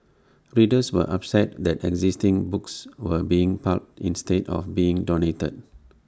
readers were upset that existing books were being pulped instead of being donated